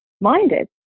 minded